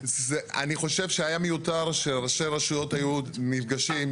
אני חושב שהיה מיותר שראשי רשויות דורשים